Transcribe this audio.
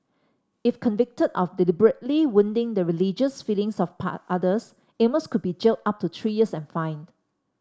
if convicted of deliberately wounding the religious feelings of part others Amos could be jailed up to three years and fined